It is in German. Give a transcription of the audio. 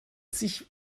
sich